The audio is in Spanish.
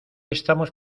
estamos